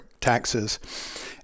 taxes